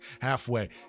Halfway